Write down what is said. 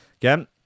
Again